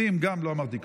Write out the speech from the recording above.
גם 20. לא אמרתי כלום.